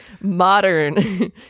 modern